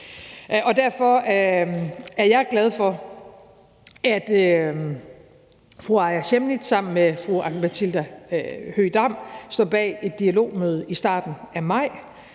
Derfor er jeg glad for, at fru Aaja Chemnitz sammen med fru Aki-Matilda Høegh-Dam står bag et dialogmøde i starten af maj,